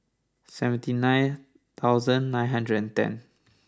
seventy nine thousand nine hundred and ten